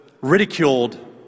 ridiculed